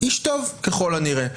איש טוב ככל הנראה.